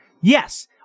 yes